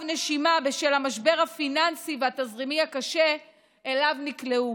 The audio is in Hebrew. נשימה בשל המשבר הפיננסי והתזרימי הקשה שאליו נקלעו.